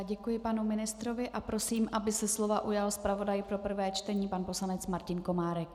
Děkuji panu ministrovi a prosím, aby se slova ujal zpravodaj pro prvé čtení pan poslanec Martin Komárek.